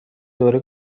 دوره